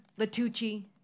Latucci